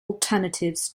alternatives